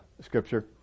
scripture